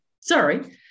Sorry